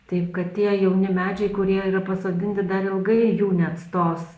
taip kad tie jauni medžiai kurie yra pasodinti dar ilgai jų neatstos